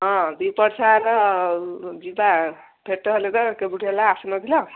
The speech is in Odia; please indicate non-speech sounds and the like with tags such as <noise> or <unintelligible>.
ହଁ <unintelligible> ହେଲେ ତ କେବେଠୁ ହେଲା ଆସୁନଥିଲ